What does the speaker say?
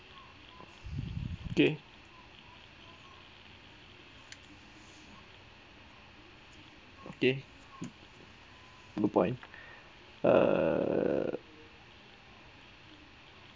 okay okay blue point err